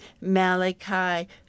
Malachi